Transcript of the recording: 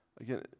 Again